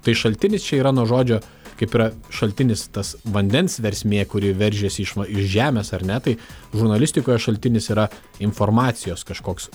tai šaltinis čia yra nuo žodžio kaip yra šaltinis tas vandens versmė kuri veržiasi iš va iš žemės ar ne tai žurnalistikoje šaltinis yra informacijos kažkoks